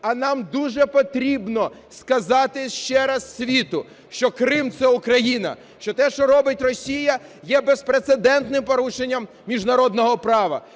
А нам дуже потрібно сказати ще раз світу, що Крим – це Україна, що те, що робить Росія є безпрецедентним порушенням міжнародного права,